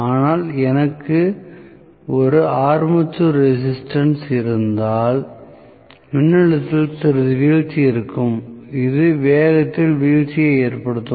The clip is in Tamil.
ஆனால் எனக்கு ஒரு ஆர்மேச்சர் ரெசிஸ்டன்ஸ் இருந்தால் மின்னழுத்தத்தில் சிறிது வீழ்ச்சி இருக்கும் இது வேகத்தில் வீழ்ச்சியையும் ஏற்படுத்தும்